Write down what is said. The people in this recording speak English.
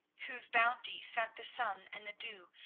whose bounty sent the sun and the dew,